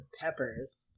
peppers